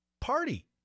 party